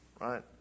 Right